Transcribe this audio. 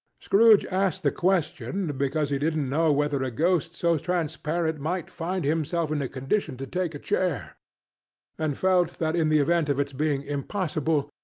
scrooge asked the question, because he didn't know whether a ghost so transparent might find himself in a condition to take a chair and felt that in the event of its being impossible,